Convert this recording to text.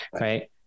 right